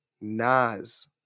Nas